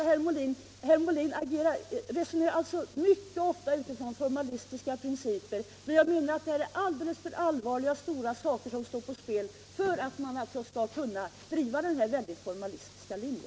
Herr Molin resonerar mycket ofta utifrån formalistiska principer, men jag menar att det är alldeles för allvarliga och stora saker som står på spel för att man skall kunna driva denna väldigt formalistiska linje.